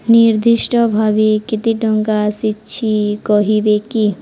ନିର୍ଦ୍ଦିଷ୍ଟ ଭାବେ କେତେ ଟଙ୍କା ଆସିଛି କହିବେ କି